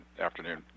afternoon